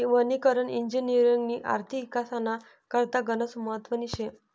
वनीकरण इजिनिअरिंगनी आर्थिक इकासना करता गनच महत्वनी शे